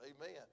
amen